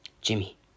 Jimmy